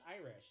Irish